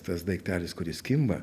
tas daiktelis kuris kimba